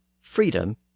freedom